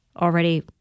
already